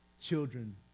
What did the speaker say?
Children